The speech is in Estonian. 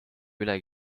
üle